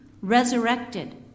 resurrected